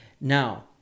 now